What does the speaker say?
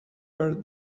per